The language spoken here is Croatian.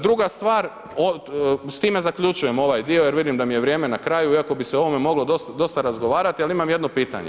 Druga stvar, s time zaključujem ovaj dio jer vidim da mi je vrijeme na kraju iako bi se o ovome moglo dosta razgovarati ali imam jedno pitanje.